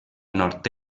nord